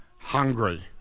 hungry